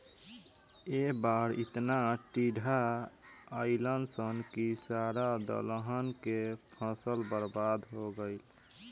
ए बार एतना टिड्डा अईलन सन की सारा दलहन के फसल बर्बाद हो गईल